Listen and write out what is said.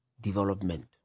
development